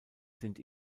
sind